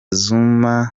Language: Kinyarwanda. zuma